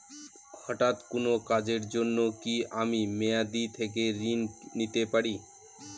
হঠাৎ কোন কাজের জন্য কি আমি মেয়াদী থেকে ঋণ নিতে পারি?